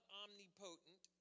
omnipotent